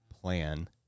plan